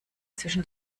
zwischen